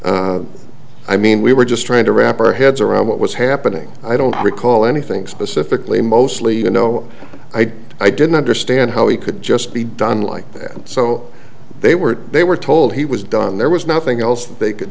conversation i mean we were just trying to wrap our heads around what was happening i don't recall anything specifically mostly you know i did i didn't understand how he could just be done like that so they were they were told he was done there was nothing else they could